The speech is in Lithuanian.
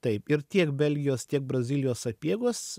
taip ir tiek belgijos tiek brazilijos sapiegos